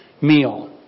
meal